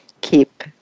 keep